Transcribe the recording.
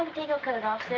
take your coat off, sir?